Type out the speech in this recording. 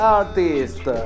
artist